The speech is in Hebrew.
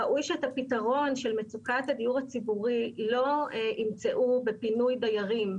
ראוי שאת הפתרון של מצוקת הדיור הציבורי לא ימצאו בפינוי דיירים,